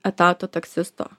etato taksisto